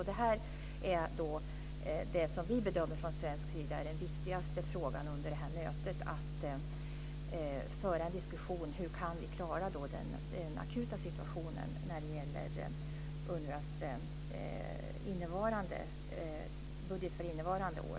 Det är detta som vi i Sverige bedömer vara den viktigaste frågan att föra en diskussion om under det här mötet. Det handlar om hur vi ska klara den akuta situationen när det gäller UNRWA:s budget för innevarande år.